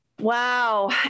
Wow